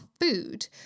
food